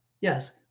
Yes